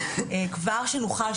כבר שנוכל,